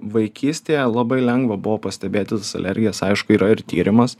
vaikystėje labai lengva buvo pastebėti tas alergijas aišku yra ir tyrimas